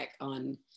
on